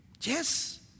yes